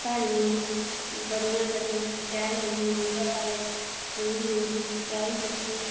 क्हानियां बी बड़ियां बड़ियां शैल लिखियां उं'दे बारे च पूरी उं'दी सच्चाई दस्सी